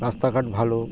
রাস্তাঘাট ভালো